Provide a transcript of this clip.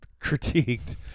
critiqued